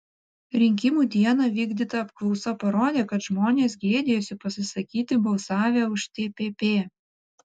rinkimų dieną vykdyta apklausa parodė kad žmonės gėdijosi pasisakyti balsavę už tpp